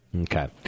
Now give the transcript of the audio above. Okay